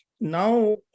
now